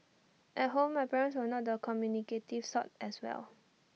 at home my parents were not the communicative sort as well